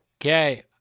okay